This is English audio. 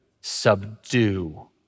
subdue